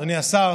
אדוני השר,